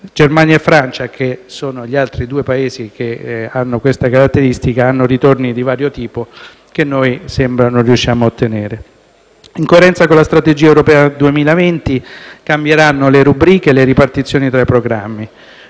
Germania e Francia, che sono gli altri due Paesi che hanno questa caratteristica, hanno ritorni di vario tipo, che noi sembra non riusciamo a ottenere. In coerenza con la Strategia europea 2020 cambieranno le rubriche e le ripartizioni tra programmi.